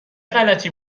غلتی